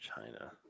China